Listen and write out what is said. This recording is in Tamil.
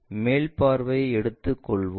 மேல் பார்வையை எடுத்துக்கொள்வோம்